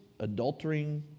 adultering